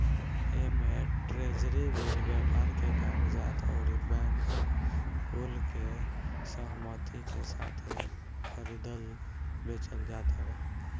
एमे treasury bill, व्यापार के कागज अउरी बैंकर कुल के सहमती के साथे खरीदल बेचल जात हवे